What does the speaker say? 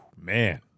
man